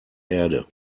erde